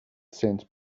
sense